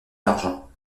l’argent